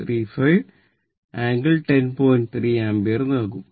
3o umpire ആകും